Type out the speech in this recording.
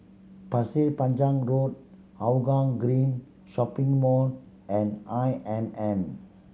Pasir Panjang Road Hougang Green Shopping Mall and I M M